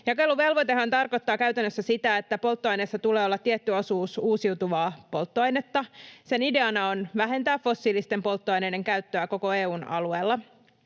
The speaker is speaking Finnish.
Jakeluvelvoitehan tarkoittaa käytännössä sitä, että polttoaineissa tulee olla tietty osuus uusiutuvaa polttoainetta. Sen ideana on vähentää fossiilisten polttoaineiden käyttöä koko EU:n alueella.